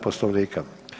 Poslovnika.